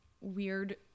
weird